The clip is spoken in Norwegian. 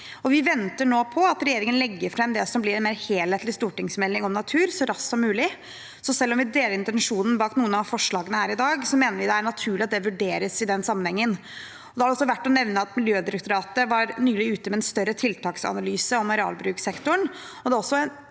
Vi venter nå på at regjeringen så raskt som mulig legger fram det som blir en mer helhetlig stortingsmelding om natur. Selv om vi deler intensjonen bak noen av forslagene her i dag, mener vi det er naturlig at de vurderes i den sammenhengen. Da er det også verdt å nevne at Miljødirektoratet nylig var ute med en større tiltaksanalyse om arealbrukssektoren.